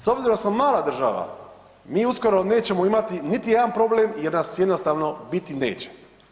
S obzirom da smo mala država, mi uskoro nećemo imati niti jedan problem jer nas jednostavno biti neće.